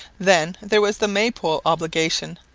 then there was the maypole obligation,